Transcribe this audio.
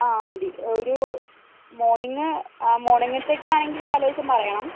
ആ മതി ഒരു മോർണിംഗ് മോർണിങ്ങത്തേക്ക് ആണെങ്കിൽ തലേദിവസം പറയണം